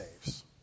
saves